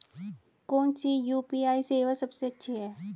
कौन सी यू.पी.आई सेवा सबसे अच्छी है?